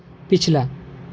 پچھلا